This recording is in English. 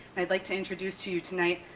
i'd like to introduce to you tonight,